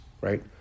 right